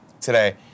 today